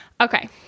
Okay